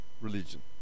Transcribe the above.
religion